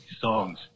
songs